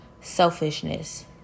selfishness